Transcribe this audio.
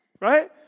Right